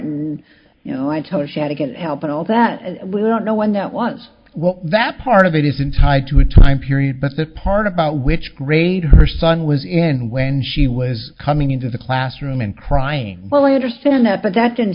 and you know i tell her she had to get help and all that and no one that wants well that part of it isn't tied to a time period but that part about which grade her son was in when she was coming into the classroom and crying well i understand that but that didn't